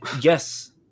Yes